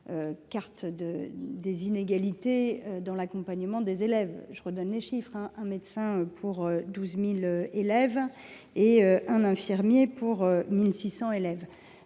carte des inégalités dans l’accompagnement des élèves. Je les redonne : un médecin pour 12 000 élèves et un infirmier pour 1 600 élèves.